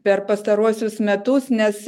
per pastaruosius metus nes